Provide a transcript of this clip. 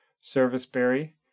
serviceberry